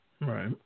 Right